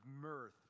mirth